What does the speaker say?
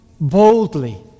boldly